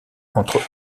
entre